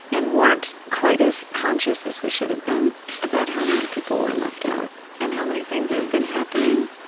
and weren't quite as conscious as we should have been about how many people were left out and how many things had been happening